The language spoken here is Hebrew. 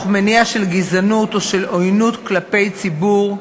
מניע של גזענות או של עוינות כלפי ציבור,